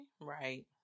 right